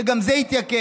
שגם זה התייקר.